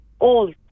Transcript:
old